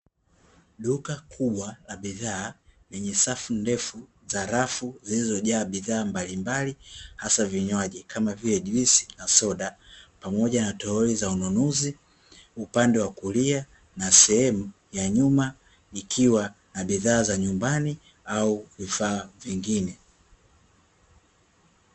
Duka kubwa la bidhaa lenye safu ndefu za rafu zilizo jaa bidhaa mbalimbali, hasa vinywaji kama vile juisi pamoja na soda pamoja na toroli za ununuzi, upande wa kulia na sehemu ya nyuma ikiwa na bidhaa za nyumbani au vifaa vingine.